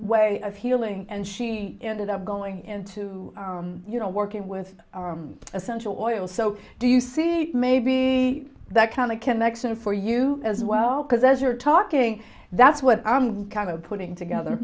way of healing and she ended up going into you know working with essential oils so do you see may be that kind of connection for you as well because as you're talking that's what i'm kind of putting together